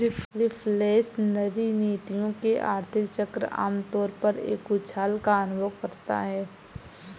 reflationary नीतियों में, आर्थिक चक्र आम तौर पर एक उछाल का अनुभव करता है